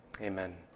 Amen